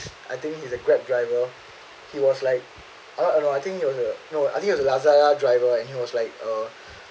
I think he's a grab driver he was like I no I think he was a I think there's a lazada driver and he was like a